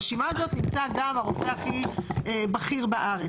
ברשימה הזאת נמצא גם הרופא הכי בכיר בארץ.